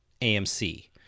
AMC